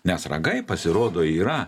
nes ragai pasirodo yra